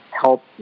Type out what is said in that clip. help